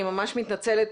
אני ממש מתנצלת,